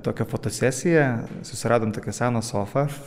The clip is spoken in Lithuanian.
tokią fotosesiją susiradom tokią seną sofą